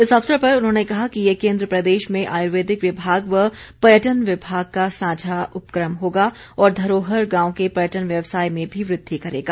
इस अवसर पर उन्होंने कहा कि ये केन्द्र प्रदेश में आयुर्वेदिक विभाग व पर्यटन विभाग का सांझा उपक्रम होगा और धरोहर गांव के पर्यटन व्यवसाय में भी वृद्धि करेगा